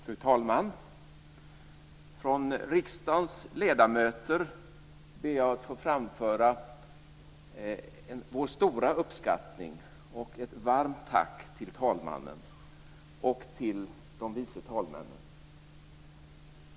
Fru talman! Från riksdagens ledamöter ber jag att få framföra vår stora uppskattning och ett varmt tack till talmannen och till de vice talmännen.